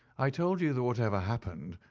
i told you that, whatever happened,